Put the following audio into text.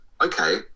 okay